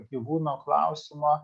gyvūno klausimą